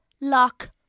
lock